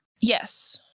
Yes